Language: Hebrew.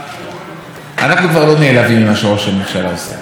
אנחנו כבר לא נעלבים ממה שראש הממשלה עושה,